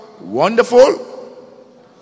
Wonderful